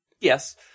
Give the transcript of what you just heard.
Yes